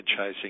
franchising